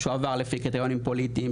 שהוא עבר לפי קריטריונים פוליטיים,